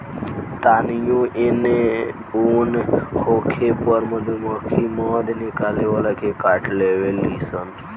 तानियो एने ओन होखे पर मधुमक्खी मध निकाले वाला के काट लेवे ली सन